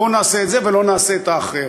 בואו נעשה את זה ולא נעשה את האחר.